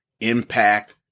impact